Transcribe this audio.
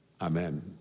Amen